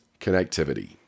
connectivity